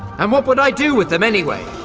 and what would i do with them anyway?